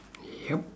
yup